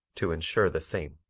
to insure the same.